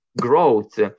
growth